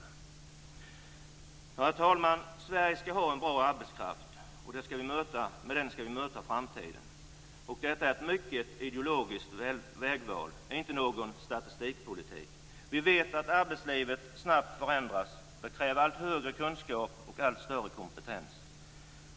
De talar om statistikpolitik. Herr talman! Sverige skall ha en bra arbetskraft, och med den skall vi möta framtiden. Detta är ett mycket ideologiskt vägval, och inte någon statistikpolitik. Vi vet att arbetslivet snabbt förändras. Det kräver allt större kunskap och allt högre kompetens.